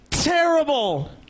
Terrible